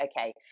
okay